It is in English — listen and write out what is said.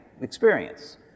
experience